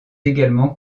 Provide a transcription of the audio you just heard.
également